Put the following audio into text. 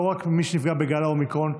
לא רק מי שנפגע בגל האומיקרון,